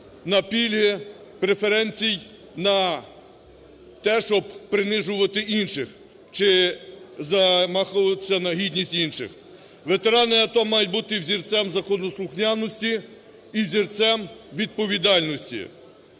на пільги, преференцій на те, щоб принижувати інших чи замахуватися на гідність інших. Ветерани АТО мають бути взірцем законослухняності і взірцем відповідальності.